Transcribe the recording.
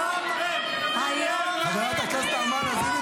היום ------ חברת הכנסת נעמה לזימי,